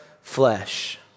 flesh